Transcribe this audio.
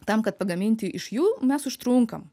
tam kad pagaminti iš jų mes užtrunkam